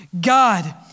God